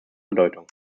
bedeutung